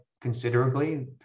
considerably